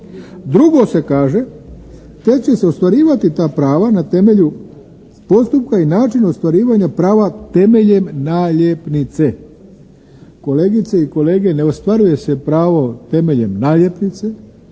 Drugo se kaže, tek će se ostvarivati ta prava na temelju postupka i način ostvarivanja prava temeljem naljepnice. Kolegice i kolege ne ostvaruje se pravo temeljem naljepnice